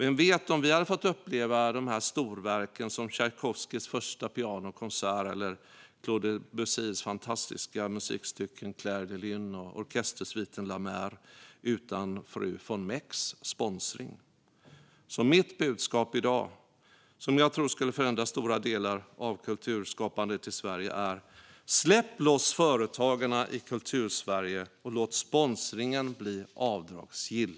Vem vet om vi hade fått uppleva de storverk som Tjajkovskijs första pianokonsert eller Claude Debussys mästerliga musikstycke Clair de lune och orkestersviten La mer utan fru von Mecks sponsring? Mitt budskap i dag, som jag tror skulle förändra stora delar av kulturskapandet i Sverige, är: Släpp loss företagarna i Kultursverige, och låt sponsringen bli avdragsgill!